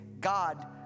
God